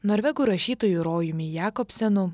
norvegų rašytoju rojumi jakopsenu